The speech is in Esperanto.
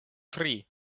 tri